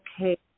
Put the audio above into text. okay